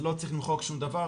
לא צריך למחוק שום דבר,